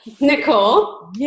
Nicole